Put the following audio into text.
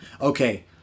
Okay